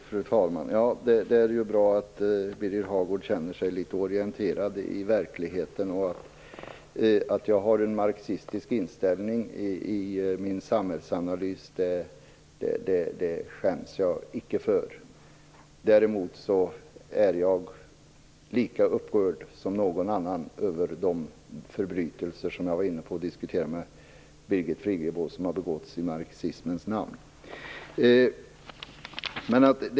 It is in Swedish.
Fru talman! Det är bra att Birger Hagård känner sig litet orienterad i verkligheten. Att jag har en marxistisk inställning i min samhällsanalys skäms jag icke för. Däremot är jag lika upprörd som någon annan över de förbrytelser, som jag diskuterade med Birgit Friggebo, som har begåtts i marxismens namn.